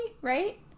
right